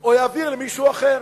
או יעביר למישהו אחר.